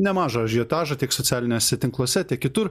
nemažą ažiotažą tiek socialiniuose tinkluose tiek kitur